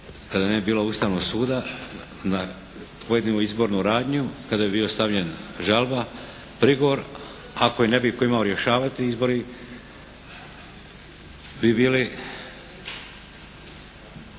Kada ne bi bilo Ustavnog suda na pojedinu izbornu radnju, kada bi bila stavljena žalba, prigovor, ako je ne bi imao tko rješavati, izbori bi bili